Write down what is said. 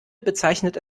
bezeichnet